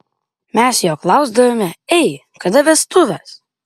mes jo klausdavome ei kada vestuvės